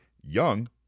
young